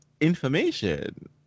information